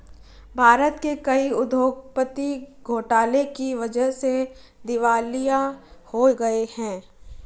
भारत के कई उद्योगपति घोटाले की वजह से दिवालिया हो गए हैं